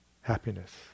happiness